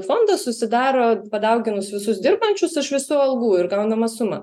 fondas susidaro padauginus visus dirbančius iš visų algų ir gaunama suma